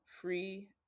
free